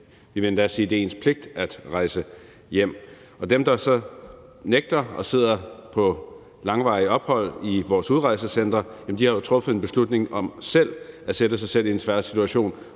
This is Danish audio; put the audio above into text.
Vi vil endda sige, at det er ens pligt at rejse hjem. Og dem, der så nægter og sidder på langvarige ophold i vores udrejsecentre, har jo selv truffet en beslutning om at sætte sig selv i en svær situation,